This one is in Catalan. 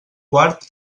quart